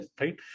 right